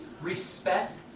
respect